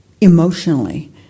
emotionally